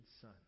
son